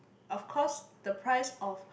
of course the price of